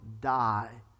die